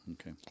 okay